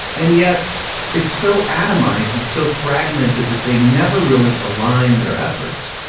and yet it's so atomized, it's so fragmented that they never really align their efforts?